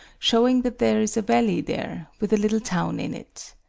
shewing that there is a valley there, with the little town in it.